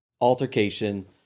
altercation